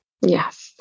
Yes